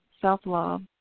self-love